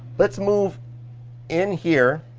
let's move in here,